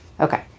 Okay